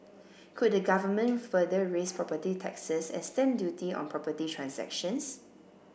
could the Government further raise property taxes and stamp duty on property transactions